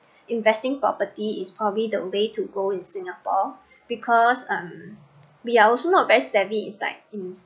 investing property is probably the way to go in singapore because um we are also not very savvy is like